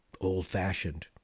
old-fashioned